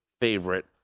favorite